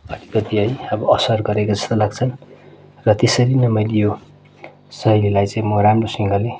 अलिकति है अब असर गरेको जस्तो लाग्छ र त्यसरी नै मैले यो शैलीलाई चाहिँ म राम्रोसँगले